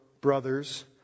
brothers